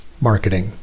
marketing